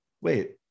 wait